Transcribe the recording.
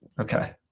Okay